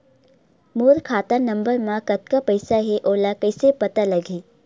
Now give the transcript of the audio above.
मोर खाता नंबर मा कतका पईसा हे ओला कइसे पता लगी?